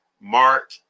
Mark